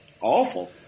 awful